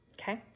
okay